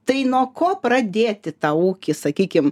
tai nuo ko pradėti tą ūkį sakykim